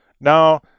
Now